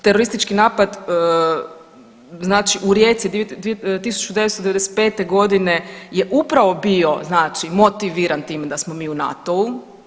Teroristički napad znači u Rijeci 1995.g. je upravo bio znači motiviran time da smo mi u NATO-u.